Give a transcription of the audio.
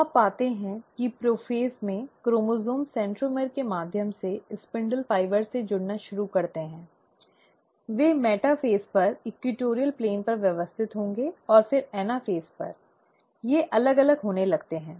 तो आप पाते हैं कि प्रोफ़ेज़ में क्रोमोसोम सेंट्रोमियर के माध्यम से स्पिंडल फाइबर से जुड़ना शुरू करते हैं ये मेटाफ़ेज़ पर इक्वेटोरियल प्लेन पर व्यवस्थित होंगे और फिर एनाफ़ेज़ पर ये अलग अलग होने लगते हैं